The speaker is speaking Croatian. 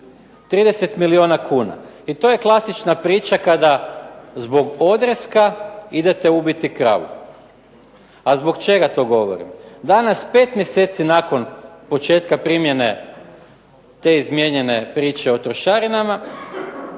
30 milijuna kuna. I to je klasična priča kada zbog odreska idete ubiti kravu. A zbog čega to govorim? Danas pet mjeseci nakon početka primjene te izmijenjene priče o trošarinama.